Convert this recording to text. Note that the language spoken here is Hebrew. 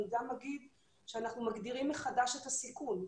אנחנו מגדירים מחדש את הסיכון,